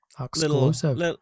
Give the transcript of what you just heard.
exclusive